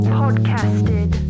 podcasted